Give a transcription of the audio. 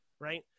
right